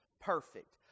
perfect